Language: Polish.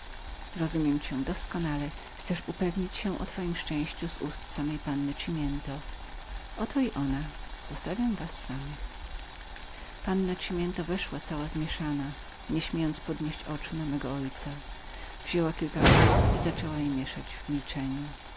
rozumiem zupełnie chcesz zapewnić się o twojem szczęściu z ust samej panny cimiento właśnie i ona nadchodzi zostawiam was samych panna cimiento weszła cała zmieszana nie śmiąc podnieść oczu na mego ojca wzięła kilka farb i zaczęła je mieszać w